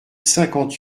cinquante